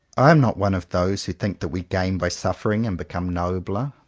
i am not one of those who think that we gain by suffering and become nobler.